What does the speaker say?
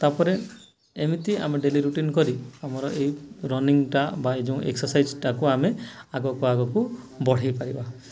ତାପରେ ଏମିତି ଆମେ ଡେଲି ରୁଟିନ୍ କରି ଆମର ଏଇ ରନିଙ୍ଗଟା ବା ଏ ଯେଉଁ ଏକ୍ସରସାଇଜଟାକୁ ଆମେ ଆଗକୁ ଆଗକୁ ବଢ଼େଇ ପାରିବା